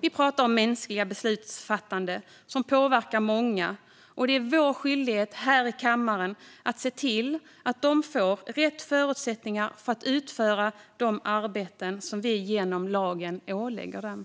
Vi pratar om människor som fattar beslut som påverkar många, och det är vår skyldighet här i kammaren att se till att de får rätt förutsättningar att utföra de arbeten som vi genom lagen ålägger dem.